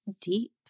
deep